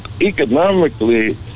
Economically